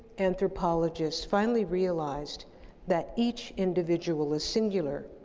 anthropologists finally realized that each individual is singular,